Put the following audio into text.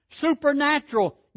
Supernatural